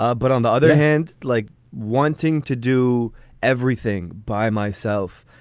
ah but on the other hand, like wanting to do everything by myself,